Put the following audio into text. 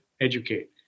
educate